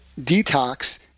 detox